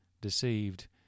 deceived